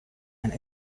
and